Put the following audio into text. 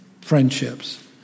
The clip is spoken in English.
friendships